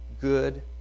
good